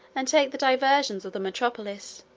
and take the diversions of the metropolis,